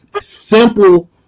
simple